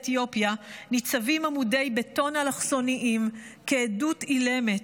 אתיופיה ניצבים עמודי בטון אלכסוניים כעדות אילמת,